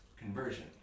conversion